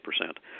percent